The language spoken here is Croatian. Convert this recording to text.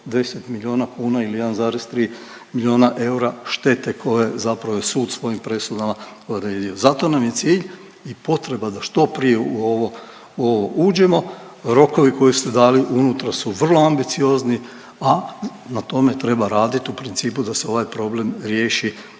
10 milijuna kuna ili 1,3 milijuna eura štete koju zapravo je sud svojim presudama odredio. Zato nam je cilj i potreba da što prije u ovo uđemo. Rokovi koje ste dali unutra su vrlo ambiciozni, a na tome treba raditi u principu da se ovaj problem riješi